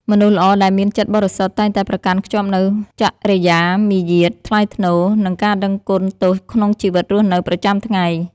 មនុស្សល្អដែលមានចិត្តបរិសុទ្ធតែងតែប្រកាន់ខ្ជាប់នូវចរិយាមារយាទថ្លៃថ្នូរ និង ការដឹងគុណទោសក្នុងជីវិតរស់នៅប្រចាំថ្ងៃ